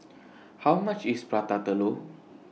How much IS Prata Telur